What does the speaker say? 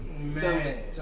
Man